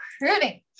recruiting